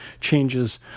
changes